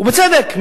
ובצדק,